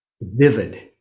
vivid